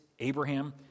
Abraham